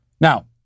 Now